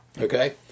okay